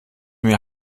mir